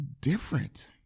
different